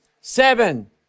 Seven